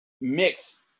mix